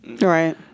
right